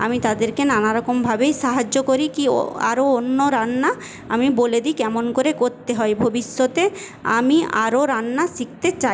আমি তাদেরকে নানারকমভাবেই সাহায্য করি কি ও আরো অন্য রান্না আমি বলে দিই কেমন করে করতে হয় ভবিষ্যতে আমি আরো রান্না শিখতে চাই